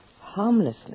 harmlessness